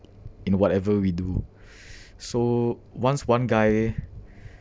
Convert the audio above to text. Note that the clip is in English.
in whatever we do so once one guy